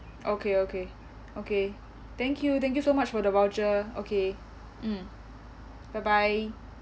okay okay okay thank you thank you so much for the voucher okay mm bye bye